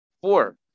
Four